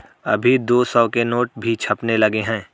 अभी दो सौ के नोट भी छपने लगे हैं